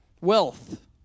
wealth